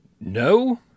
no